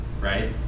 right